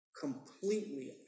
completely